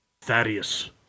Thaddeus